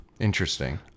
Interesting